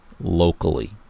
locally